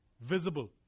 visible